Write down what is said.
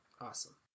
Awesome